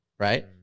right